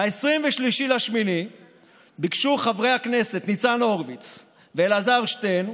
ב-23 באוגוסט ביקשו חברי הכנסת ניצן הורוביץ ואלעזר שטרן